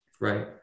right